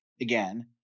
again